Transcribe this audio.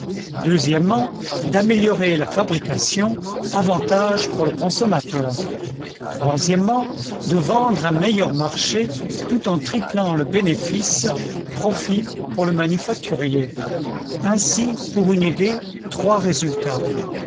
deuxièmement d'améliorer la fabrication avantage pour le consommateur troisièmement de vendre à meilleur marché tout en triplant le bénéfice profit pour le manufacturier ainsi pour une idée trois résultats